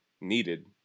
needed